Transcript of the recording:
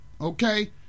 Okay